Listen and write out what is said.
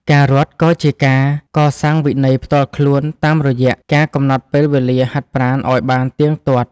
ការរត់ ក៏ជាការកសាងវិន័យផ្ទាល់ខ្លួនតាមរយៈការកំណត់ពេលវេលាហាត់ប្រាណឱ្យបានទៀងទាត់។